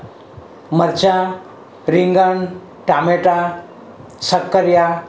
મરચાં રીંગણ ટામેટાં શક્કરિયા